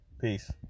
Peace